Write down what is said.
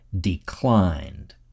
declined